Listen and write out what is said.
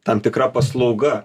tam tikra paslauga